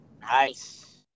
Nice